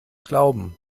glauben